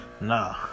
Nah